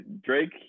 Drake